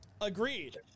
Agreed